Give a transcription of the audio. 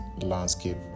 landscape